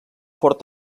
fort